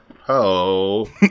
Hello